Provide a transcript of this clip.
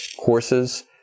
Courses